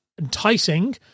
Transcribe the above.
enticing